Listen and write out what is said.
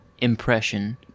impression